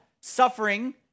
suffering